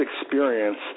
experience